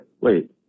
Wait